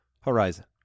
horizon